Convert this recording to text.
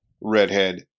redhead